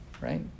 right